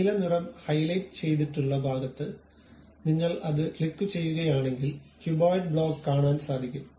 നീല നിറം ഹൈലൈറ്റ് ചെയ്തിട്ടുള്ള ഭാഗത്ത് നിങ്ങൾ അത് ക്ലിക്കുചെയ്യുകയാണെങ്കിൽ ക്യൂബോയിഡ് ബ്ലോക്ക് കാണാൻ സാധിക്കും